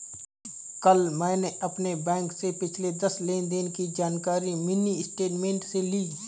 कल मैंने अपने बैंक से पिछले दस लेनदेन की जानकारी मिनी स्टेटमेंट से ली